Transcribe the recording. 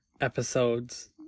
episodes